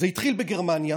זה התחיל בגרמניה